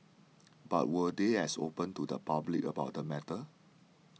but were they as open to the public about the matter